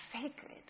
sacred